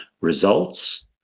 results